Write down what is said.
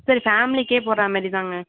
சரி ஃபேமிலிக்கே போடுறா மாரி தாங்க